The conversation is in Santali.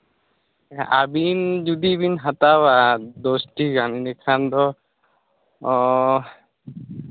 ᱟᱹᱵᱤᱱ ᱡᱩᱫᱤ ᱵᱤᱱ ᱦᱟᱛᱟᱣᱟ ᱫᱚᱥᱴᱤ ᱜᱟᱱ ᱮᱸᱰᱮᱠᱷᱟᱱ ᱫᱚ ᱚᱻ